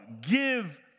give